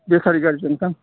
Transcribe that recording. बेटारि गारिजों थां